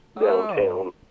downtown